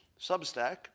Substack